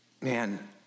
man